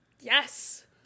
Yes